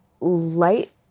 light